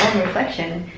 reflection,